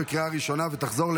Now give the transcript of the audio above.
של חברי הכנסת שמחה רוטמן,